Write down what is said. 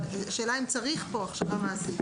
אבל השאלה האם צריך פה הכשרה מעשית.